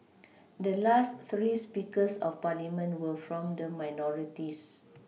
the last three Speakers of parliament were from the minorities